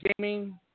gaming